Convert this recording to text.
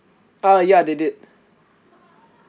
uh ya they did